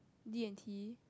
D-and-T